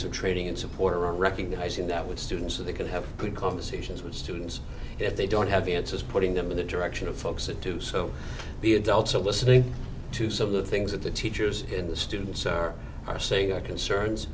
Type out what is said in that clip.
to training and support are recognizing that with students that they can have good conversations with students if they don't have the answers putting them in the direction of folks that do so the adults are listening to some of the things that the teachers in the students are saying our concerns